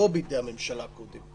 לא בידי הממשלה קודם.